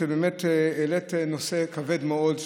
את באמת העלית נושא כבד מאוד,